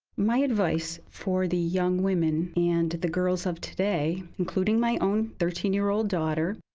my advice for the young women and the girls of today, including my own thirteen year old daughter.